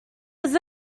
was